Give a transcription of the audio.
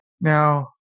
Now